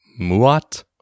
Muat